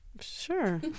Sure